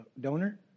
donor